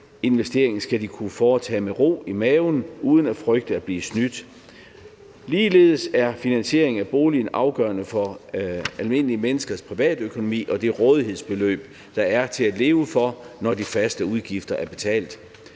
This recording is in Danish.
investering skal de kunne foretage med ro i maven uden at frygte at blive snydt. Ligeledes er finansiering af boligen afgørende for almindelige menneskers privatøkonomi og det rådighedsbeløb, der er at leve for, når de faste udgifter er betalt.